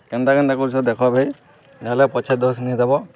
କେନ୍ତା କେନ୍ତା କରୁଛ ଦେଖ ଭାଇ ନହେଲେ ପଛେ ଦୋଷ୍ ନିଦେବ